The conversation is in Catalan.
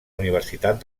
universitat